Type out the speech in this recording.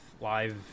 live